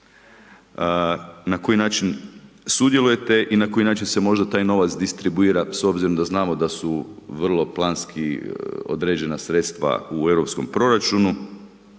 na koji način sudjelujete i na koji način se možda taj novac distribuira s obzirom da znamo da su vrlo planski određena sredstva u europskom proračunu